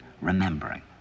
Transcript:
remembering